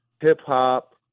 hip-hop